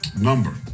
number